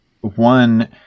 One